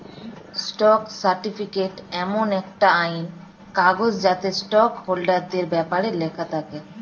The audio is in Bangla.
স্টক সার্টিফিকেট এমন একটা আইনি কাগজ যাতে স্টক হোল্ডারদের ব্যপারে লেখা থাকে